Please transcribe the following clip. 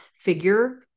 figure